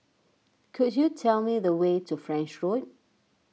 could you tell me the way to French Road